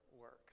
work